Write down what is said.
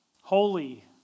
Holy